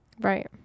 right